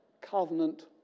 covenant